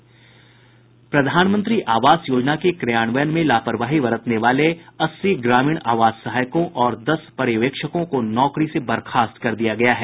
प्रधानमंत्री आवास योजना के क्रियान्वयन में लापरवाही बरतने वाले अस्सी ग्रामीण आवास सहायकों और दस पर्यवेक्षकों को नौकरी से बर्खास्त कर दिया गया है